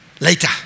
Later